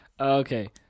Okay